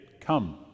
come